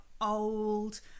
old